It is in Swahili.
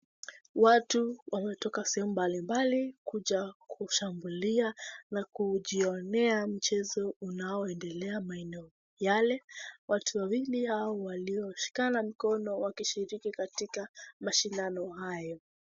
Watu wametoka sehemu mbalimbali kuja kushambulia na kujionea mchezo unaoendelea maeneo yale. Watu wawili hao walioshikana mikono wakishiriki katika mashindano hayo.